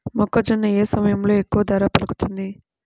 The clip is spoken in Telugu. మొక్కజొన్న ఏ సమయంలో ఎక్కువ ధర పలుకుతుంది?